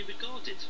regarded